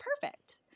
perfect